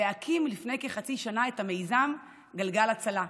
להקים לפני כחצי שנה את המיזם גלגל הצלה.